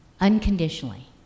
unconditionally